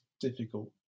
difficult